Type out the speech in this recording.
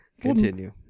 Continue